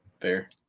fair